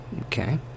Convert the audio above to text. Okay